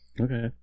Okay